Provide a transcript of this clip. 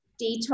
Detox